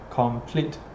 complete